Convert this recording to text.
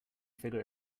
figure